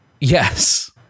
yes